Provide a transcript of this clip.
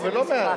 ולא לא,